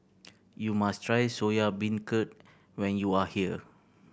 you must try Soya Beancurd when you are here